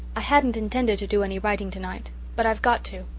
i hadn't intended to do any writing tonight but i've got to.